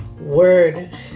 word